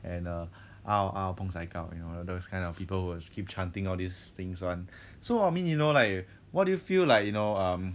and uh au au pong sai gao you know those kind of people who will keep chanting all these things [one] so I mean you know like what do you feel like you know um